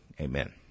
Amen